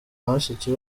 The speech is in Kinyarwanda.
bashiki